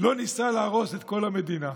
לא ניסה להרוס את כל המדינה.